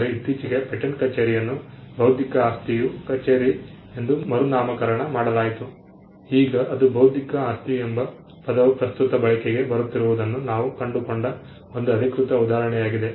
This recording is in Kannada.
ಆದರೆ ಇತ್ತೀಚೆಗೆ ಪೇಟೆಂಟ್ ಕಚೇರಿಯನ್ನು ಬೌದ್ಧಿಕ ಆಸ್ತಿಯು ಕಚೇರಿ ಎಂದು ಮರುನಾಮಕರಣ ಮಾಡಲಾಯಿತು ಈಗ ಅದು ಬೌದ್ಧಿಕ ಆಸ್ತಿ ಎಂಬ ಪದವು ಪ್ರಸ್ತುತ ಬಳಕೆಗೆ ಬರುತ್ತಿರುವುದನ್ನು ನಾವು ಕಂಡುಕೊಂಡ ಒಂದು ಅಧಿಕೃತ ಉದಾಹರಣೆಯಾಗಿದೆ